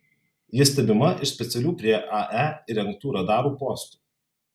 ji stebima iš specialių prie ae įrengtų radarų postų